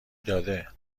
داده